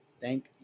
Thank